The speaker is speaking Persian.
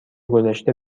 گذشته